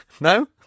no